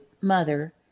mother